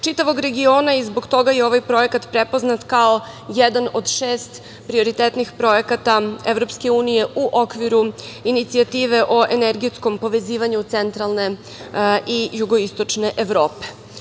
čitavog regiona i zbog toga je ovaj projekat prepoznat kao jedan od šest prioritetnih projekata EU u okviru inicijative o energetskom povezivanju centralne i jugoistočne Evrope. Na